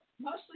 Mostly